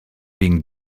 being